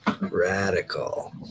Radical